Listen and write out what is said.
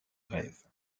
rêves